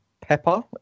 Pepper